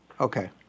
okay